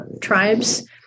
tribes